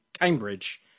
Cambridge